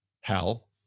hell